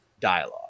dialogue